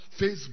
Facebook